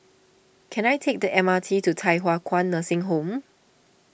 can I take the M R T to Thye Hua Kwan Nursing Home